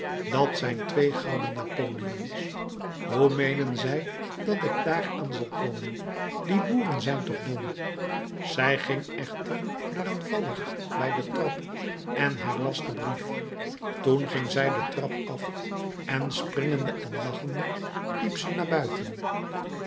dat zijn twee gouden napoleons hoe meenen zij dat ik daar aan zal komen die boeren zijn toch dom zij ging echter naar een vallicht bij de trap en herlas den brief toen ging zij de trap af en springende en lachende liep zij naar buiten